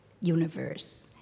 universe